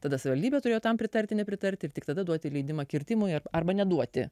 tada savivaldybė turėjo tam pritarti nepritarti ir tik tada duoti leidimą kirtimui ar arba neduoti